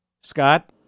Scott